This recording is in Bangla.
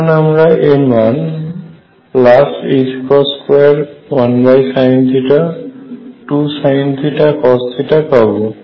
এখন আমরা এর মান ℏ21sinθ2sinθcos পাব